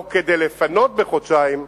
לא כדי לפנות בחודשיים,